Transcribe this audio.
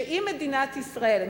שאם מדינת ישראל, צריך לסיים.